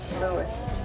Lewis